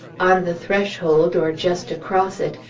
on the threshold, or just across it,